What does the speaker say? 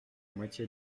moitié